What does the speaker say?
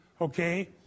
Okay